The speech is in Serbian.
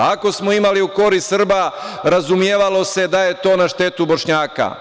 Ako smo imali u korist Srba, podrazumevalo se da je to na štetu Bošnjaka.